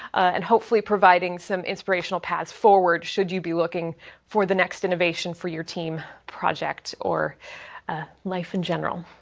and hopefully, providing some inspirational paths forward should you be looking for the next innovation for your team project, or life in general.